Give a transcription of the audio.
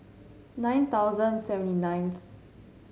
nine thousand seventy ninth